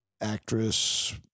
Actress